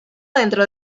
dentro